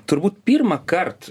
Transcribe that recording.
turbūt pirmąkart